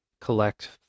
collect